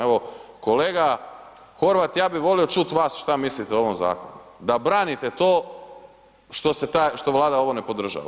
Evo kolega Horvat, ja bi volio čut vas šta mislite o ovom zakonu, da branite to što Vlada ovo ne podržava.